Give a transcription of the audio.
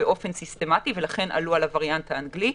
באופן סיסטמטי ולכן עלו על הווריאנט האנגלי.